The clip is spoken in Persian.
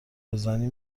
بزنی